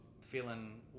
feeling